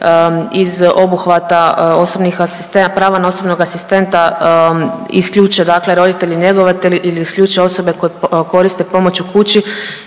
asistenata, prava na osobnog asistenta isključe dakle roditelji njegovatelji ili isključe osobe koje koriste pomoć u kući